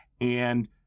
And-